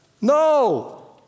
No